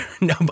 no